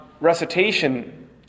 recitation